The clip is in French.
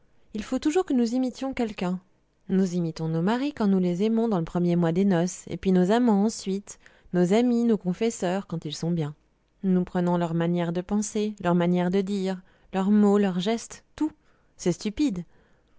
il faut toujours que nous imitions quelqu'un nous imitons nos maris quand nous les aimons dans le premier mois des noces et puis nos amants ensuite nos amies nos confesseurs quand ils sont bien nous prenons leurs manières de penser leurs manières de dire leurs mots leurs gestes tout c'est stupide